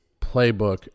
playbook